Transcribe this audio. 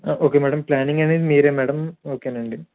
okay madam planning అనేది మీరే madam ఓకేనండి